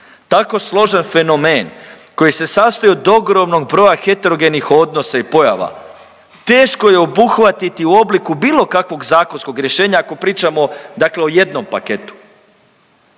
tako složen fenomen koji se sastoji od ogromnog broja heterogenih odnosa i pojava. Teško je obuhvatiti u obliku bilo kakvog zakonskog rješenja ako pričamo, dakle o jednom paketu.